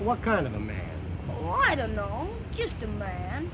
what kind of a man i don't know